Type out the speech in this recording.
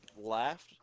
laughed